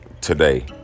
today